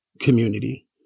community